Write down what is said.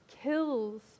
kills